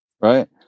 right